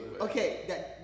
Okay